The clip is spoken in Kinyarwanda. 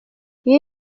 iyi